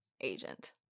agent